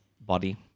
body